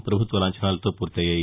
ప్రపభుత్వ లాంఛనాలతో పూర్తయ్యాయి